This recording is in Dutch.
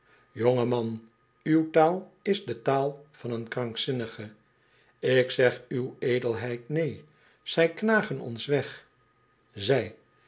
jonge man uw taal is de taal van een krankzinnige ik zeg uw edelheid neen zij knagen ons weg zij